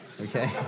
okay